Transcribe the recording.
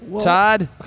Todd